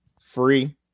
Free